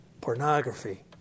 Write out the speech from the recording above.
Pornography